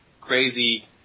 crazy